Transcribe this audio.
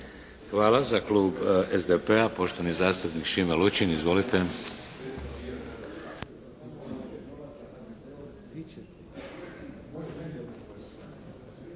Hvala. Za Klub SDP-a poštovani zastupnik Šime Lučin. Izvolite.